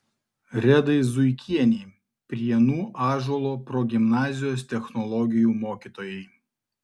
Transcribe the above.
redai zuikienei prienų ąžuolo progimnazijos technologijų mokytojai